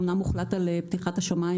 אמנם הוחלט על פתיחת השמיים